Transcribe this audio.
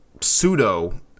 pseudo